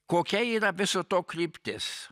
kokia yra viso to kryptis